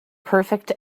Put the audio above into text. perfect